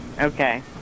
Okay